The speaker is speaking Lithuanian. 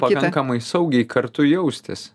pakankamai saugiai kartu jaustis